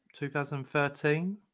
2013